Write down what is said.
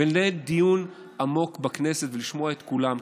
לנהל דיון עמוק בכנסת ולשמוע את כולם,